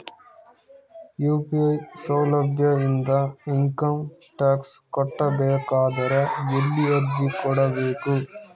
UPI ಸೌಲಭ್ಯ ಇಂದ income tax ಕಟ್ಟಬೇಕಾದರ ಎಲ್ಲಿ ಅರ್ಜಿ ಕೊಡಬೇಕು?